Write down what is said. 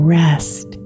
rest